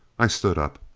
i stood up.